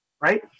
right